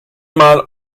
mal